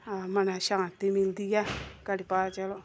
हां मनै गी शांति मिलदी ऐ घड़ी भर चलो